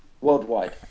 Worldwide